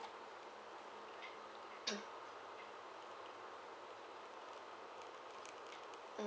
mm